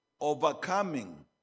Overcoming